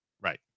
right